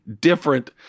different